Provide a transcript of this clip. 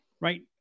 Right